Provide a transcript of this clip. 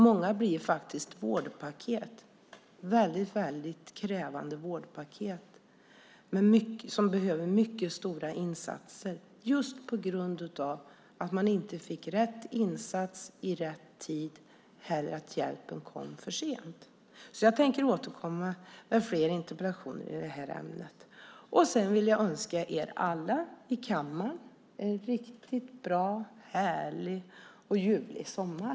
Många blir faktiskt väldigt krävande vårdpaket som behöver mycket stora insatser just på grund av att de inte fick rätt insats i rätt tid eller att hjälpen kom för sent. Så jag tänker återkomma med flera interpellationer i det här ämnet. Sedan vill jag önska er alla i kammaren en riktigt bra, härlig och ljuvlig sommar.